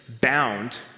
bound